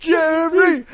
Jerry